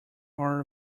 are